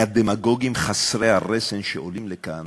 מהדמגוגים חסרי הרסן שעולים לכאן